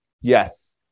yes